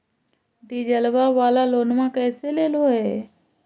डीजलवा वाला लोनवा कैसे लेलहो हे?